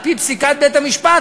על-פי פסיקת בית-המשפט,